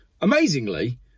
Amazingly